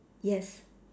yes